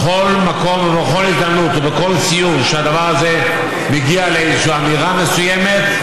בכל מקום ובכל הזדמנות ובכל סיור שהדבר הזה מגיע לאיזושהי אמירה מסוימת,